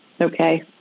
Okay